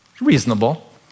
Reasonable